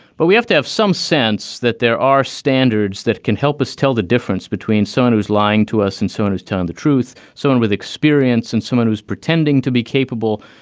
but we have to have some sense that there are standards that can help us tell the difference between someone who's lying to us and so on. who's telling the truth? someone with experience and someone who's pretending to be capable.